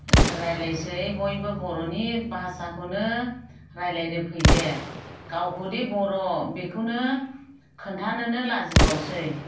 रायज्लायसै बयबो बर'नि भाषाखौनो रायज्लायनो फैले गावखौदि बर' बेखौनो खोन्थानोनो लाजि बावसै